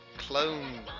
clone